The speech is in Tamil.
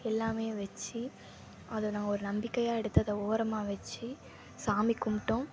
எல்லாம் வைச்சி அதை நாங்கள் அது ஒரு நம்பிக்கையாக எடுத்து அதை ஓரமாக வைச்சி சாமி கும்பிட்டோம்